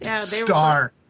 Star